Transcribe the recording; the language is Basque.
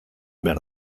behar